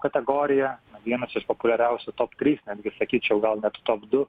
kategorija vienas iš populiariausių top trys netgi sakyčiau gal net top du